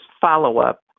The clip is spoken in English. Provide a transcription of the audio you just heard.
follow-up